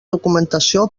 documentació